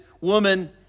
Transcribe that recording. woman